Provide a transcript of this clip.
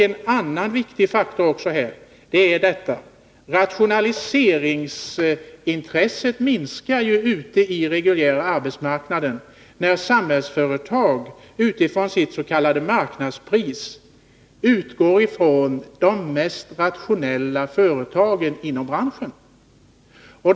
En annan viktig faktor är att intresset för rationaliseringar minskar ute i företagen på den reguljära arbetsmarknaden, när Samhällsföretag utgår ifrån de mest rationella företagen inom resp. bransch för att bestämma sitt s.k. marknadspris.